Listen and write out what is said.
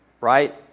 right